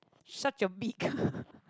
shut your beak